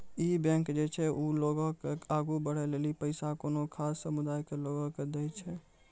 इ बैंक जे छै वें लोगो के आगु बढ़ै लेली पैसा कोनो खास समुदाय के लोगो के दै छै